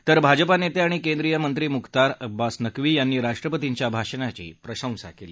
तर भाजपा नेते आणि केंद्रीय मंत्री मुख्तार अब्बास नक्वी यांनी राष्ट्रपतींच्या भाषणाची प्रशंसा केली